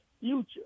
future